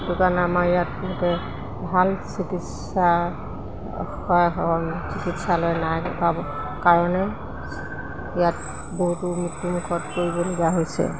সেইটো কাৰণে আমাৰ ইয়াত এনেকৈ ভাল চিকিৎসা প্ৰায় নহয় চিকিৎসালয় নাই কাৰণে ইয়াত বহুতো মৃত্যুমুখত পৰিবলগীয়া হৈছে